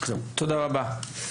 תודה רבה.